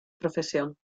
profesión